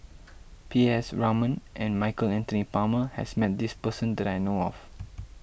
P S Raman and Michael Anthony Palmer has met this person that I know of